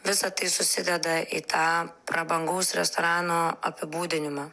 visa tai susideda į tą prabangaus restorano apibūdinimą